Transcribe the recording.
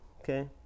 Okay